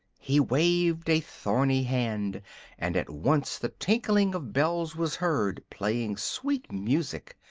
he waved a thorny hand and at once the tinkling of bells was heard, playing sweet music.